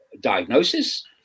diagnosis